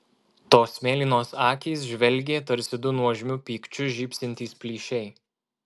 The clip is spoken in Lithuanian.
tos mėlynos akys žvelgė tarsi du nuožmiu pykčiu žybsintys plyšiai